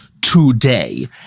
today